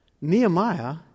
Nehemiah